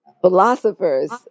philosophers